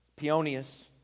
Peonius